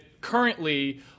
currently